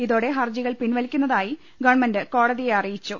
ഇതോടെ ഹർജികൾ പിൻവലിക്കുന്ന തായി ഗവൺമെന്റ് കോട തിയെ അറിയിച്ചു